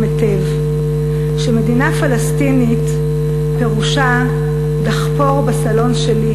היטב שמדינה פלסטינית פירושה דחפור בסלון שלי,